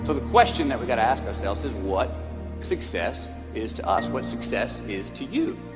the question that we gotta ask ourselves is what success is to us? what success is to you?